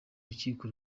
rukiko